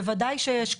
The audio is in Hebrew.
בוודאי שיש קושי.